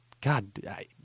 God